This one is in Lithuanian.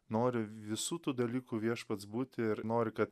nori visų tų dalykų viešpats būti ir nori ka